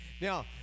now